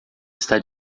está